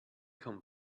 come